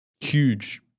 huge